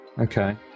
okay